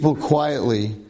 quietly